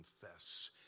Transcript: confess